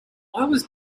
was